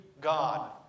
God